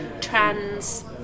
trans